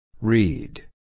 Read